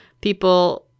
people